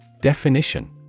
Definition